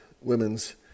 women's